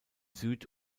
süd